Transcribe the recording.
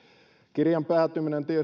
kirjan päätyminen